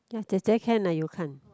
ya 姐姐：jie jie can lah you can't